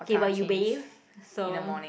okay but you bathe so